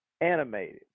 Animated